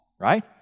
right